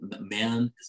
man